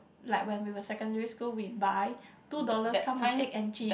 like when we were secondary school we buy two dollars come with egg and cheese